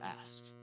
ask